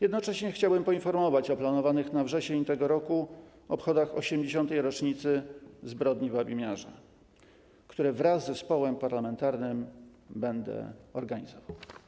Jednocześnie chciałbym poinformować o planowanych na wrzesień tego roku obchodach 80. rocznicy zbrodni w Babim Jarze, które wraz z zespołem parlamentarnym będę organizował.